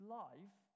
life